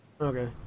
Okay